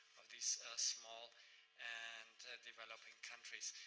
of these small and developing countries.